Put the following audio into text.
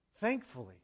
Thankfully